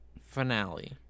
finale